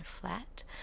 flat